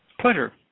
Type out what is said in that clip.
pleasure